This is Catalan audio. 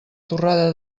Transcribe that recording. torrada